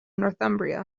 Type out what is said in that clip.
northumbria